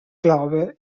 glaube